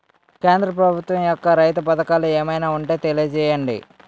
కేంద్ర ప్రభుత్వం యెక్క రైతు పథకాలు ఏమైనా ఉంటే తెలియజేయండి?